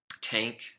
tank